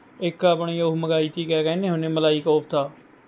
ਇੱਕ ਆਪਣੀ ਉਹ ਮੰਗਵਾਈ ਤੀ ਕਯਾ ਕਹਿੰਦੇ ਹੁੰਦੇ ਮਲਾਈ ਕੋਫ਼ਤਾ